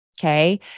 Okay